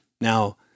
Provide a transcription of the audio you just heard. now